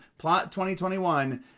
PLOT2021